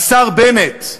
השר בנט,